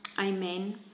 Amen